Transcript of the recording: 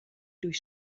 durch